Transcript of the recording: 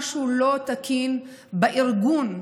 משהו לא תקין בארגון,